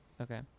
okay